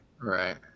Right